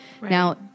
Now